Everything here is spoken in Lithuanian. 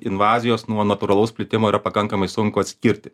invazijos nuo natūralaus plitimo yra pakankamai sunku atskirti